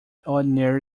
ordinary